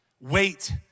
Wait